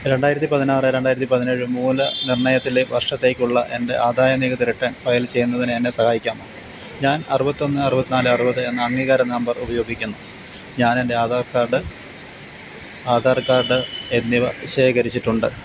രണ്ടായിരത്തി പതിനാറ് രണ്ടായിരത്തി പതിനേഴ് മൂല്യനിർണ്ണയ വർഷത്തേക്കുള്ള എൻ്റെ ആദായനികുതി റിട്ടേൺ ഫയൽ ചെയ്യുന്നതിന് എന്നെ സഹായിക്കാമോ ഞാൻ അറുപത്തൊന്ന് അറുപത് നാല് അറുപത് എന്ന അംഗീകാര നമ്പർ ഉപയോഗിക്കുന്നു ഞാൻ എൻ്റെ ആധാർ കാർഡ് ആധാർ കാർഡ് എന്നിവ ശേഖരിച്ചിട്ടുണ്ട്